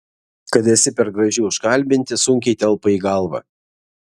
kad esi per graži užkalbinti sunkiai telpa į galvą